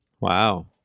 wow